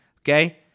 okay